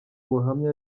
ubuhamya